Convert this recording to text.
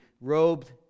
robed